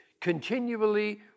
continually